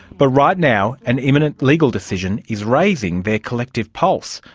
but right now, an imminent illegal decision is raising their collective pulse,